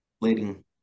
leading